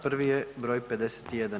Prvi je br. 51.